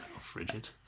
Frigid